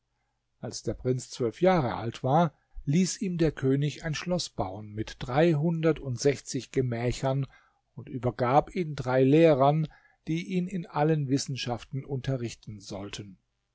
als der prinz zwölf jahre alt war ließ ihm der könig ein schloß bauen mit dreihundertundsechzig gemächern und übergab ihn drei lehrern die ihn in allen wissenschaften unterrichten sollten